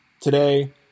today